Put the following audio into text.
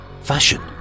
fashion